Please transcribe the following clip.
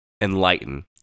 enlighten